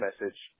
message